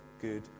good